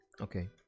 Okay